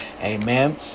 amen